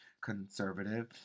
conservative